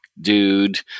dude